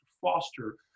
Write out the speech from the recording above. foster